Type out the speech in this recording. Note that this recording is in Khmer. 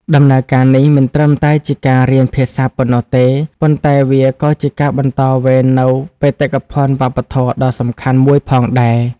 ដំណើរការនេះមិនត្រឹមតែជាការរៀនភាសាប៉ុណ្ណោះទេ ប៉ុន្តែវាក៏ជាការបន្តវេននូវបេតិកភណ្ឌវប្បធម៌ដ៏សំខាន់មួយផងដែរ។